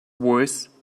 worse